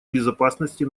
безопасности